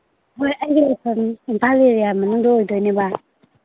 ꯍꯣꯏ ꯑꯩꯒꯤ ꯂꯩꯐꯝ ꯏꯝꯐꯥꯜ ꯑꯦꯔꯤꯌꯥ ꯃꯅꯨꯡꯗ ꯑꯣꯏꯗꯣꯏꯅꯤꯕ